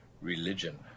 religion